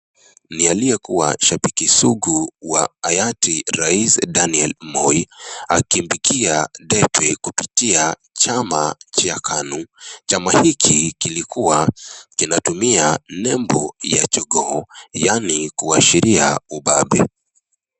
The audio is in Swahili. Ni aliyekuwa shabiki sugu wa Hayati Rais Daniel Moi akimpigia debe kupitia chama cha KANU. Chama hiki kilikuwa kinatumia nembo ya jogoo, yaani kuashiria ubabe.